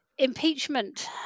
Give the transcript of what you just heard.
Impeachment